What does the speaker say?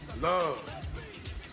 Love